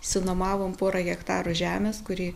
išsinuomavom pora hektarų žemės kuri